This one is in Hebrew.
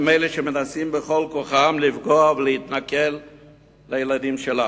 הם אלה שמנסים בכל כוחם לפגוע ולהתנכל לילדים שלנו.